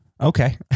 Okay